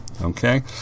okay